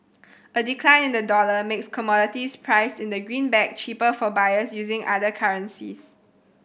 a decline in the dollar makes commodities priced in the greenback cheaper for buyers using other currencies